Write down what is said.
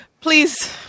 Please